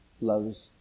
loves